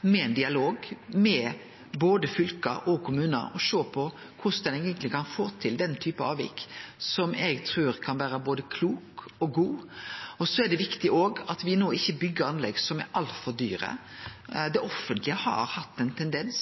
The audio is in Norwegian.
med ein dialog med både fylke og kommunar og sjå på korleis ein eigentleg kan få til den typen avvik som eg trur kan vere både kloke og gode. Så er det òg viktig at me no ikkje byggjer anlegg som er altfor dyre. Det offentlege har hatt ein tendens